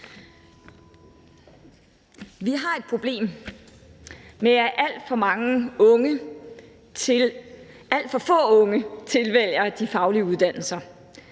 Vi har et problem med, at alt for få unge tilvælger de faglige uddannelser.